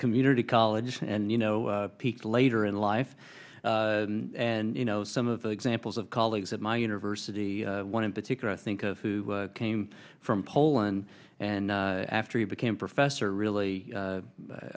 community college and you know peak later in life and you know some of the examples of colleagues at my university one in particular i think of who came from poland and after you became professor